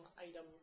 item